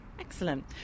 Excellent